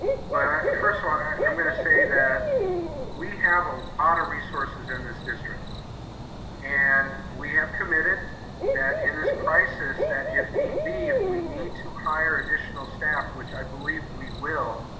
but first of all, i'm going to say that we have a lot of resources in this district and we have committed that in this crisis that if need be, if we need to hire additional staff, which i believe we will,